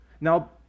Now